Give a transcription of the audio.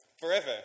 Forever